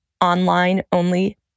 online-only